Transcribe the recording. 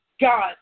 God